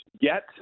get